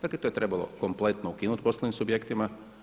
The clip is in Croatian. Dakle, to je trebalo kompletno ukinuti poslovnim subjektima.